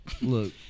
Look